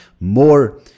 more